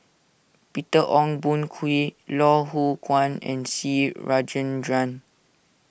Peter Ong Boon Kwee Loh Hoong Kwan and C Rajendran